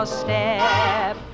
step